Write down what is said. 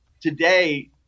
today